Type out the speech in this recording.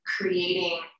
creating